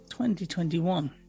2021